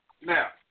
Now